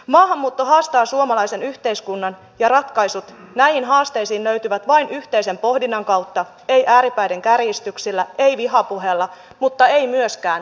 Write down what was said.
maahanmuutto haastaa suomalaisen yhteiskunnan ja ratkaisut näihin haasteisiin löytyvät vain yhteisen pohdinnan kautta eivät ääripäiden kärjistyksillä eivät vihapuheella mutta eivät myöskään syyttelyllä